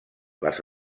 les